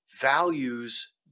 values